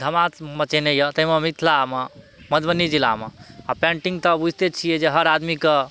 धमाल मचेने अछि ताहिमे मिथिलामे मधुबनी जिलामे आ पेन्टिंग तऽ बुझिते छियै जे हर आदमीके